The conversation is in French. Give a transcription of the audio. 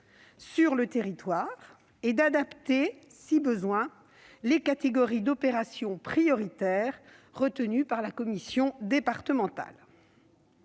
sur le territoire et d'adapter, si besoin, les catégories d'opérations prioritaires retenues par la commission départementale.